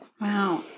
Wow